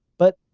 but,